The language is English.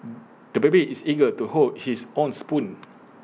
the baby is eager to hold his own spoon